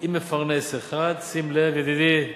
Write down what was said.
עם מפרנס אחד, שים לב, ידידי זחאלקה.